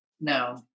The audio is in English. No